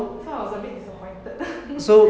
so I was a bit disappointed